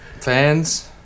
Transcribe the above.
Fans